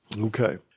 Okay